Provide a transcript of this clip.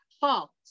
fault